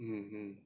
mm mm